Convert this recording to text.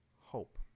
hope